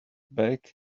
back